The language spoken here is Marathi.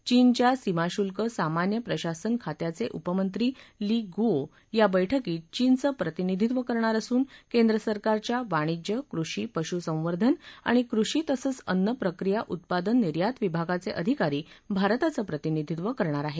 चीनच्या सीमाशुल्क सामान्य प्रशासन खात्याचे उपमंत्री ली गुओ या बैठकीत चीनचं प्रतिनिधीत्व करणार असून केंद्र सरकारच्या वाणिज्य कृषी पशुसंवर्धन आणि कृषी तसंच अन्नप्रक्रिया उत्पादन निर्यात विभागाचे अधिकारी भारताचं प्रतिनिधीत्व करणार आहेत